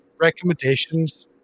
recommendations